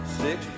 six